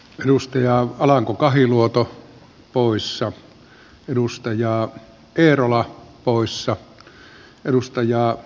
prusti ja alanko kahiluoto poissa edustajaa kerralla työn mahdollisuuden